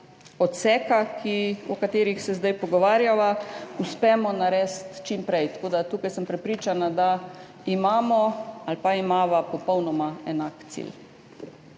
odseka, o katerih se zdaj pogovarjava, uspemo narediti čim prej. Tukaj sem prepričana, da imamo ali pa imava popolnoma enak cilj.